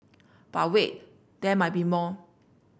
but wait there might be more